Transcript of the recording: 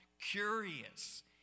curious